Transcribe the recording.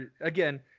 again